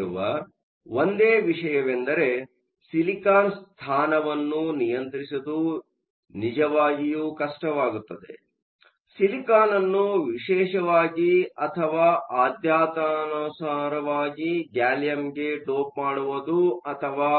ಇಲ್ಲಿರುವ ಒಂದೇ ವಿಷಯವೆಂದರೆ ಸಿಲಿಕಾನ್ ಸ್ಥಾನವನ್ನು ನಿಯಂತ್ರಿಸುವುದು ನಿಜವಾಗಿಯೂ ಕಷ್ಟವಾಗುತ್ತದೆ ಸಿಲಿಕಾನ್ ಅನ್ನು ವಿಶೇಷವಾಗಿ ಅಥವಾ ಆದ್ಯಾತುನಾಸರವಾಗಿ ಗ್ಯಾಲಿಯಂಗೆ ಡೋಪ್ ಮಾಡುವುದು ಅಥವಾ